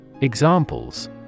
Examples